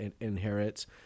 inherits